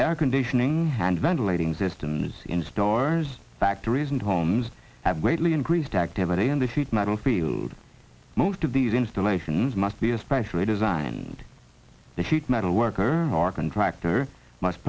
air conditioning and ventilating systems in stores factories and homes have greatly increased activity in the future metal field most of these installations must be especially designed the huge metal worker or contractor must